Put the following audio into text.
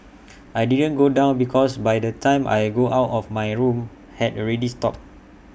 I didn't go down because by the time I got out of my room had already stopped